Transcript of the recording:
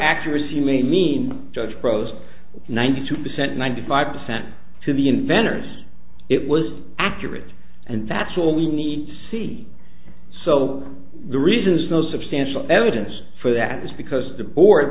accuracy may mean judge throws ninety two percent ninety five percent to the inventor's it was accurate and that's all we need to see so the reason is no substantial evidence for that is because the board